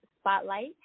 spotlight